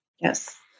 Yes